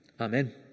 Amen